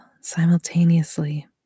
simultaneously